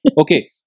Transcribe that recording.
Okay